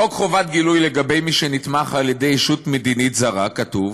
בחוק חובת גילוי לגבי מי שנתמך על-ידי ישות מדינית זרה כתוב